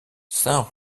saint